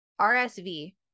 RSV